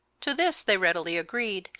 to this they readily agreed,